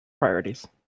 priorities